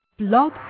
blog